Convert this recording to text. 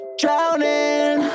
drowning